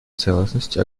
целостности